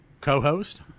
co-host